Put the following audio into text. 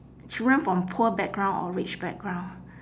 children from poor background or rich background